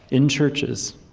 in churches.